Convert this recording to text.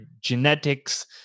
genetics